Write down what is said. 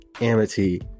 Amity